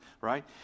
right